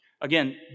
Again